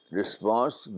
response